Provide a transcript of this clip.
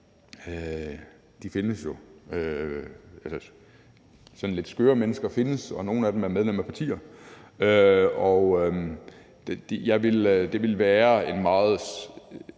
derude – sådan lidt skøre mennesker findes jo, og nogle af dem er medlemmer af partier. Det ville være en